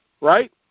right